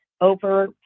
over